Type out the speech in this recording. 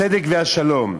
הצדק והשלום.